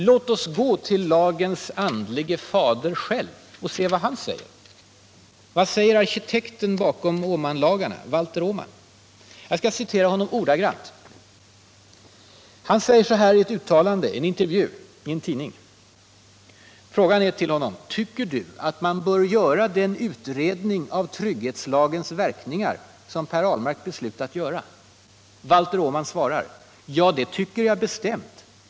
Låt oss gå till lagens andlige fader själv och se vad han säger! Vad säger arkitekten bakom Åmanlagarna, Valter Åman? Jag skall ordagrant citera en intervju i en tidning. Frågan till honom lyder: ”Tycker du att man bör göra den utredning av trygghetslagens verkningar som Per Ahlmark beslutat göra?” Valter Åman svarar: ”Ja, det tycker jag bestämt.